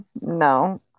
no